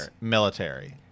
military